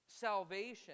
salvation